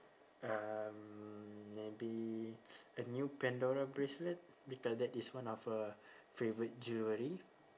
um maybe a new pandora bracelet because that this one of her favourite jewelry